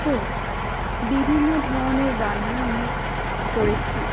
তো বিভিন্ন ধরনের রান্না আমি করেছি